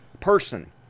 person